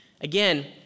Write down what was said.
again